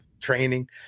training